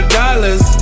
dollars